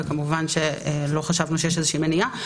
וכמובן לא חשבנו שיש איזה מניעה,